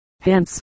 Hence